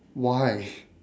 why